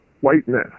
whiteness